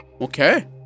Okay